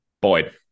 Boyd